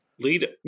lead